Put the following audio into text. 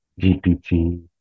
GPT